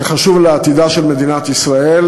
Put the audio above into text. שחשוב לעתידה של מדינת ישראל,